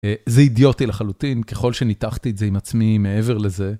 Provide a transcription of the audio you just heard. זה אידיוטי לחלוטין ככל שניתחתי את זה עם עצמי מעבר לזה.